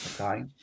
okay